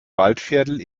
waldviertel